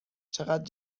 چقد